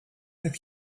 that